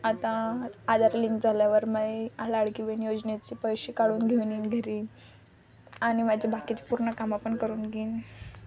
आता आधार लिंक झाल्यावर माझी लाडकी बहीण योजनेचे पैसे काढून घेऊन येईन घरी आणि माझ्या बाकीची पूर्ण कामं पण करून घेईन